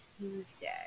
Tuesday